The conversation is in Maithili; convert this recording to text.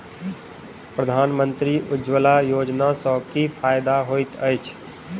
प्रधानमंत्री उज्जवला योजना सँ की फायदा होइत अछि?